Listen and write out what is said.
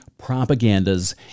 propagandas